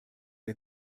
der